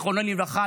זיכרונו לברכה,